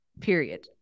Period